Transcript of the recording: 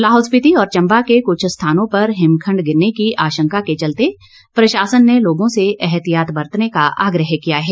लाहौल स्पिति और चम्बा के कुछ स्थानों पर हिमखण्ड गिरने की आशंका के चलते प्रशासन ने लोगों से एहतियात बरतने का आग्रह किया है